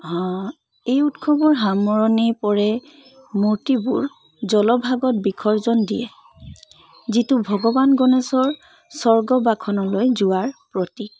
এই উৎসৱৰ সামৰণি পৰে মূৰ্তিবোৰ জলভাগত বিসৰ্জন দিয়ে যিটো ভগৱান গণেশৰ স্বৰ্গবাসনলৈ যোৱাৰ প্ৰতীক